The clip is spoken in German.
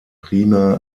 prima